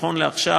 נכון לעכשיו,